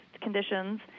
conditions –